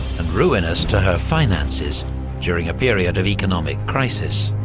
and ruinous to her finances during a period of economic crisis.